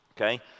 Okay